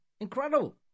Incredible